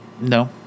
No